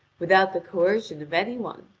without the coercion of any one.